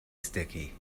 sticky